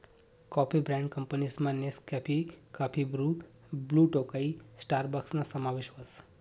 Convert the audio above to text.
coffee brand कंपनीसमा Nescafe, coffee Bru, Blue Tokai स्टारबक्सना समावेश व्हस